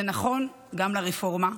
זה נכון גם לרפורמה,